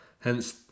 Hence